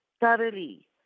thoroughly